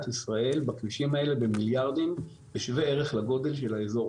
ישראל בכבישים האלה במיליארדים כשווה ערך לגודל של האזור,